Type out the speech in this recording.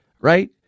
right